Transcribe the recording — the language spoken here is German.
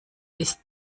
ist